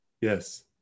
yes